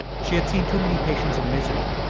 she had seen too many patients in misery.